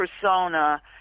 persona